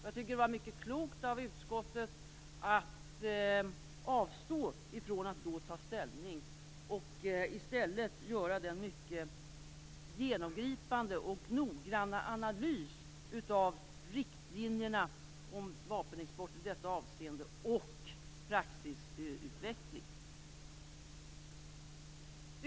Jag tycker att det var mycket klokt av utskottet att avstå från att då ta ställning och i stället göra den mycket genomgripande och noggranna analys av riktlinjerna för vapenexport i detta avseende och av praxisutvecklingen.